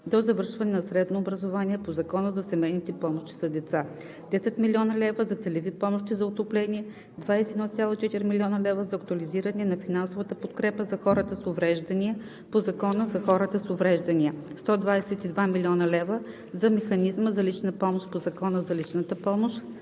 до завършване на средно образование по Закона за семейни помощи за деца; - 10,0 млн. лв. за целеви помощи за отопление; - 21,4 млн. лв. за актуализиране на финансовата подкрепа за хората с увреждания по Закона за хората с увреждания; - 122,0 млн. лв. за механизма за личната помощ по Закона за личната помощ;